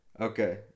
Okay